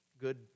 good